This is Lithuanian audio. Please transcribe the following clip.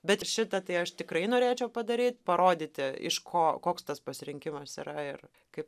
bet šitą tai aš tikrai norėčiau padaryt parodyti iš ko koks tas pasirinkimas yra ir kaip